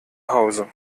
hause